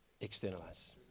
externalize